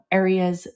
areas